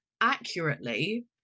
accurately